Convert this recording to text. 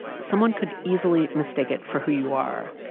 someone could easily mistake it for who you are.